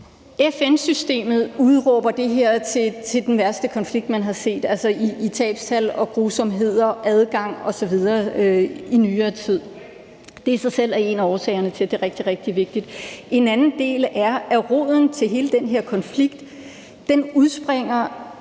FN-systemet udråber det her til at være den værste konflikt, man har set, i tabstal, grusomheder, adgang osv. i nyere tid. Det i sig selv er en af årsagerne til, at det er rigtig, rigtig vigtig. En anden del er, at roden til hele den her konflikt udspringer